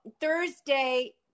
Thursday